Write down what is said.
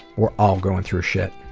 we're all going through shit.